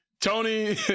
Tony